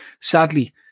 sadly